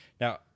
Now